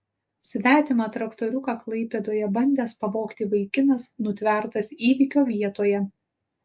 svetimą traktoriuką klaipėdoje bandęs pavogti vaikinas nutvertas įvykio vietoje